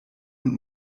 und